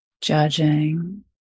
judging